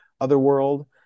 Otherworld